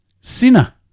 Sinner